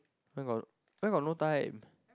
why got why got no time